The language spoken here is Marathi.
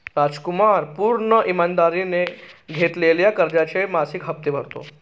रामकुमार पूर्ण ईमानदारीने घेतलेल्या कर्जाचे मासिक हप्ते भरतो